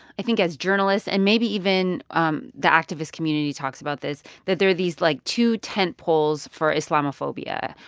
i think as journalists, and maybe even um the activist community talks about this that there are these, like, two tentpoles for islamophobia.